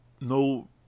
no